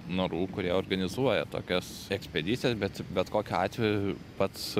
narų kurie organizuoja tokias ekspedicijas bet bet kokiu atveju pats